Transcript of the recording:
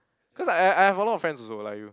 cause I I have a lot of friends also like you